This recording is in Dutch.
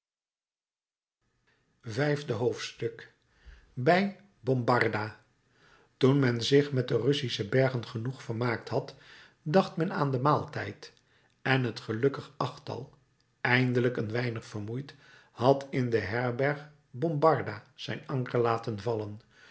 vijfde hoofdstuk bij bombarda toen men zich met de russische bergen genoeg vermaakt had dacht men aan den maaltijd en het gelukkig achttal eindelijk een weinig vermoeid had in de herberg bombarda zijn anker laten vallen